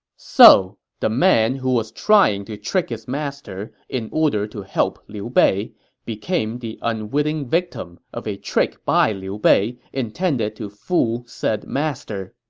so the man who was trying to trick his master in order to help liu bei became the unwitting victim of a trick by liu bei intended to fool said master.